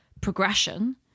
progression